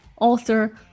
author